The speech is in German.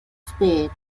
spät